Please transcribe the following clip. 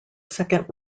second